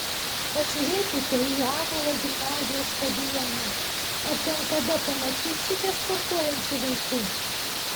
pažiūrėkite į ąžuolo gimnazijos stadioną ar ten kada pamatysite sportuojančių vaikų